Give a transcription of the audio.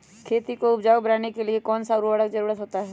खेती को उपजाऊ बनाने के लिए कौन कौन सा उर्वरक जरुरत होता हैं?